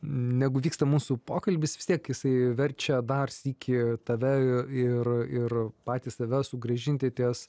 negu vyksta mūsų pokalbis vis tiek jisai verčia dar sykį tave ir ir patį save sugrąžinti ties